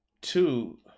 Two